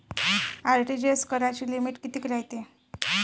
RTGS कराची limit कितीक रायते?